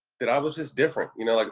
that i was just different, you know? like